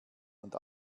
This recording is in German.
und